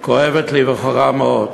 כואבת וחורה לי מאוד,